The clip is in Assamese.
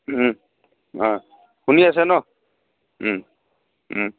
অঁ শুনি আছে ন